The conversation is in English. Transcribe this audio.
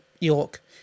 York